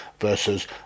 versus